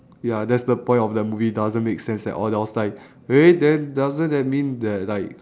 ya that's the point of the movie doesn't make sense at all then I was like eh then doesn't that mean that like